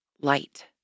light